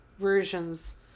Versions